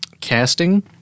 casting